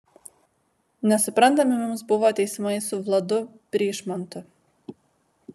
nesuprantami mums buvo teismai su vladu pryšmantu